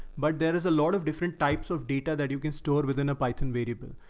but there is a lot of different types of data that you can store within a python variable.